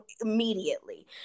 immediately